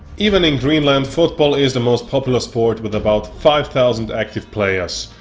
even in greenland football is the most popular sport with about five thousand active players.